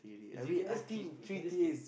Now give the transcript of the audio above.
you can just keep you can just keep